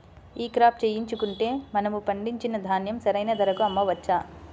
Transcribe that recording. ఈ క్రాప చేయించుకుంటే మనము పండించిన ధాన్యం సరైన ధరకు అమ్మవచ్చా?